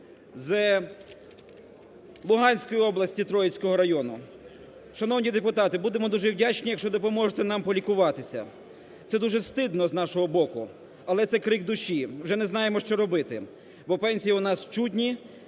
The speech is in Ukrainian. з Луганської області, Троїцького району. "Шановні депутати, будемо дуже вдячні, якщо допоможете нам полікуватися. Це дуже стидно з нашого боку, але це крик душі. Вже не знаємо, що робити, бо пенсії у нас чудні.